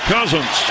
Cousins